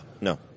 No